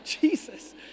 Jesus